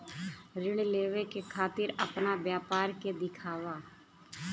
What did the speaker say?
ऋण लेवे के खातिर अपना व्यापार के दिखावा?